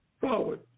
forward